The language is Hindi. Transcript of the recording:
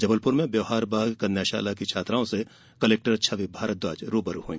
जबलपुर में ब्यौहार बाग कन्याशाला की छात्राओं से कलेक्टर छवि भारद्वाज रूबरू हुई